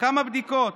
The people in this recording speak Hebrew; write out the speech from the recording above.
כמה בדיקות?